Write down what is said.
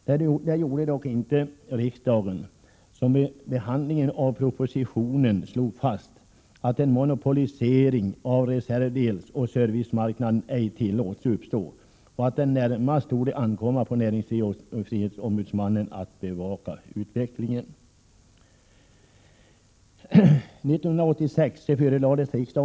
Det gjorde emellertid inte riksdagen, som vid behandlingen av propositionen slog fast att en monopolisering av reservdelsoch servicemarknaden ej tillåts uppstå och att det närmast torde ankomma på näringsfrihetsombudsmannen att bevaka utvecklingen.